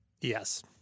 Yes